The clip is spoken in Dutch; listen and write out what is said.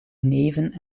neven